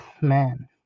man